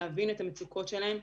כדי להבין את המצוקות שלהם.